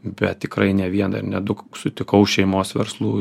bet tikrai ne vieną ir ne du sutikau šeimos verslų